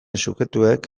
subjektuek